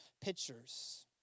pictures